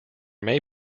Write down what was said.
may